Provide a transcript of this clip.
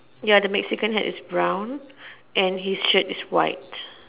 ya the Mexican hat is brown and his shirt is white